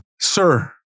Sir